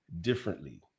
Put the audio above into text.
differently